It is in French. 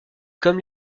comme